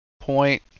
point